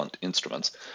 Instruments